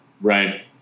right